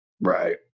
Right